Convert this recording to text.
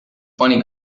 funny